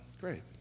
great